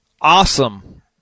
awesome